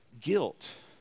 Guilt